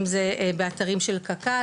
אם זה באתרים של קק"ל,